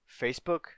Facebook